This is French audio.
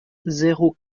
zéro